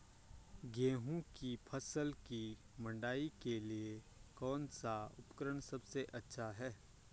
गेहूँ की फसल की मड़ाई के लिए कौन सा उपकरण सबसे अच्छा है?